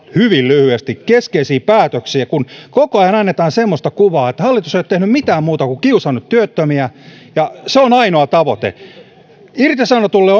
hyvin lyhyesti tämän hallituskauden keskeisiä päätöksiä kun koko ajan annetaan semmoista kuvaa että hallitus ei ole tehnyt mitään muuta kuin kiusannut työttömiä ja se on ainoa tavoite irtisanotulle